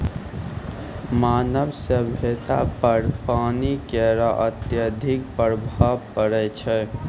मानव सभ्यता पर पानी केरो अत्यधिक प्रभाव पड़ै छै